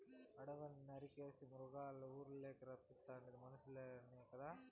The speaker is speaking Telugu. అడివిని నరికేసి మృగాల్నిఊర్లకి రప్పిస్తాది మనుసులే కదా